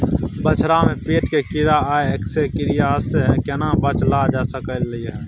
बछरा में पेट के कीरा आ एस्केरियासिस से केना बच ल जा सकलय है?